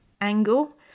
angle